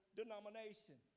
denomination